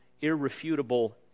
irrefutable